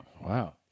Wow